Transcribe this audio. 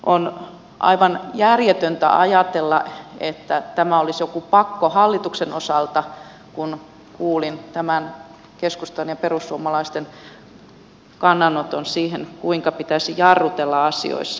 on aivan järjetöntä ajatella että tämä olisi joku pakko hallituksen osalta kun kuulin tämän keskustan ja perussuomalaisten kannanoton siihen kuinka pitäisi jarrutella asioissa